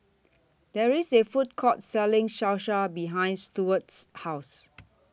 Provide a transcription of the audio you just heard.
There IS A Food Court Selling Salsa behind Stuart's House